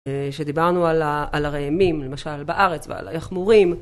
שדיברנו על הראמים למשל בארץ ועל היחמורים